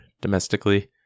domestically